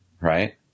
Right